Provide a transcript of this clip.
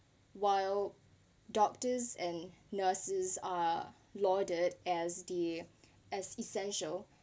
while doctors and nurses are lauded as the as essential